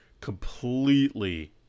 completely